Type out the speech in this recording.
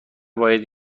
باید